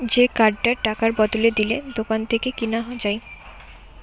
যে কার্ডটা টাকার বদলে দিলে দোকান থেকে কিনা যায়